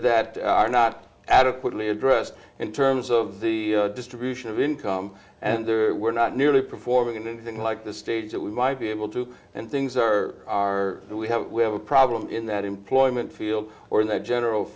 that are not adequately addressed in terms of the distribution of income and we're not nearly performing anything like the stage that we might be able to and things are are we have we have a problem in that employment or the general